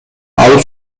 алып